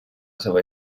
seva